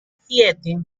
siete